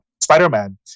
Spider-Man